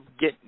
get